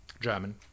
German